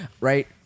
right